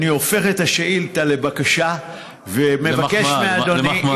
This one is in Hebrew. אני הופך את השאילתה לבקשה ומבקש מאדוני,